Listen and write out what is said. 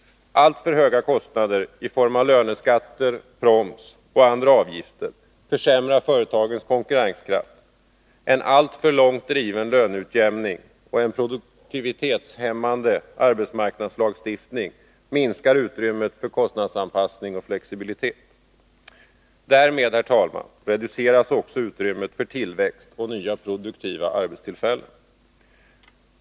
Alltför höga kostnader, i form av löneskatter, proms och andra avgifter, försämrar företagens konkurrenskraft. En alltför långt driven löneutjämning och en produktivitetshämmande arbetsmarknadslagstiftning minskar utrymmet för kostnadsanpassning och flexibilitet. Därmed, herr talman, reduceras också utrymmet för tillväxt och nya produktiva arbetstillfällen.